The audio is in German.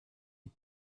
mit